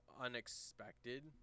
unexpected